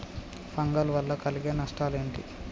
Fungal వల్ల కలిగే నష్టలేంటి?